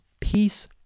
peace